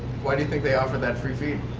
why do you think they offer that free feed?